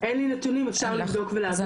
אבל כרגע זה קורה בפועל,